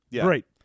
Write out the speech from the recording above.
Great